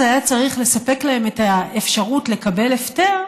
היה צריך לספק להם את האפשרות לקבל הפטר,